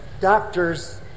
doctors